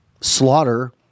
slaughter